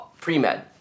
pre-med